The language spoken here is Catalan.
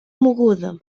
mogoda